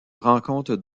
rencontre